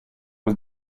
was